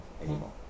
anymore